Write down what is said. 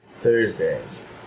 Thursdays